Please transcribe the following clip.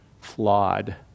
flawed